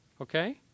Okay